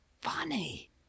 funny